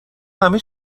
همه